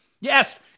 Yes